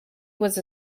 was